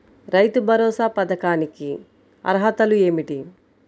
రైతు భరోసా పథకానికి అర్హతలు ఏమిటీ?